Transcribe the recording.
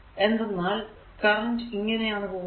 എന്തെന്നാൽ കറന്റ് ഇങ്ങനെയാണ് പോകുന്നത്